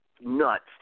nuts